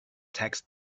tax